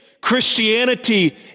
Christianity